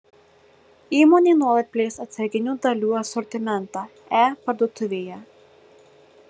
įmonė nuolat plės atsarginių dalių asortimentą e parduotuvėje